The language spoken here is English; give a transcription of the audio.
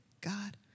God